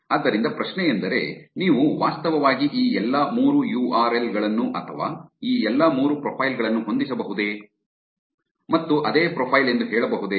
ಆದ್ದರಿಂದ ಪ್ರಶ್ನೆಯೆಂದರೆ ನೀವು ವಾಸ್ತವವಾಗಿ ಈ ಎಲ್ಲಾ ಮೂರು ಯು ಆರ್ ಎಲ್ ಗಳನ್ನು ಅಥವಾ ಈ ಎಲ್ಲಾ ಮೂರು ಪ್ರೊಫೈಲ್ ಗಳನ್ನು ಹೊಂದಿಸಬಹುದೇ ಮತ್ತು ಅದೇ ಪ್ರೊಫೈಲ್ ಎಂದು ಹೇಳಬಹುದೇ